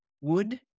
wood